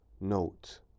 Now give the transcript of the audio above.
Note